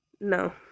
No